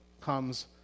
comes